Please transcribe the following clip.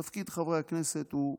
תפקיד חברי הכנסת הוא מכובד,